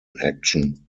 action